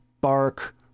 bark